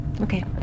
Okay